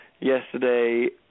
Yesterday